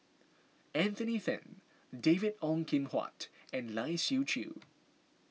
Anthony then David Ong Kim Huat and Lai Siu Chiu